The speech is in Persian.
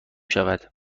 شود